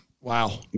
Wow